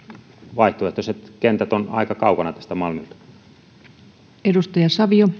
vaihtoehtoiset kentät ovat aika kaukana tästä malmilta